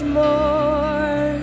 more